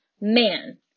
man